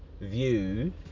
view